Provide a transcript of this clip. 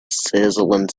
sizzling